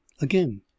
Again